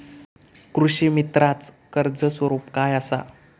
कृषीमित्राच कर्ज स्वरूप काय असा?